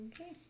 Okay